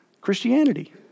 Christianity